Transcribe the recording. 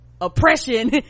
oppression